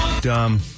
Dumb